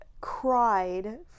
cried